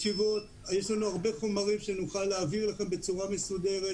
יש לנו הרבה חומרים שנוכל להעביר לכם בצורה מסודרת,